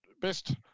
best